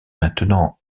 maintenant